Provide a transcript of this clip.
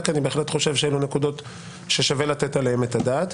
כי אני בהחלט חושב שאלו נקודות ששווה לתת עליהן את הדעת.